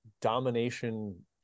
domination